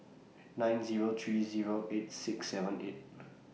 nine Zero three Zero eight six seven eight